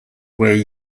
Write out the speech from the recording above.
way